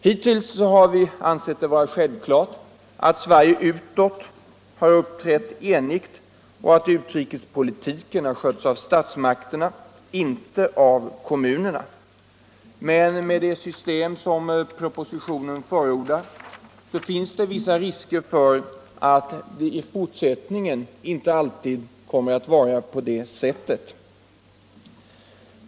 Hittills har vi ansett det vara självklart att Sverige utåt har uppträtt enigt och att utrikespolitiken har skötts av statsmakterna, inte av kommunerna. Med det system som propositionen förordar finns det emellertid vissa risker för att det i fortsättningen inte alltid kommer att vara på det sättet.